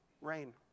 rain